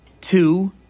two